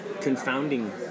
confounding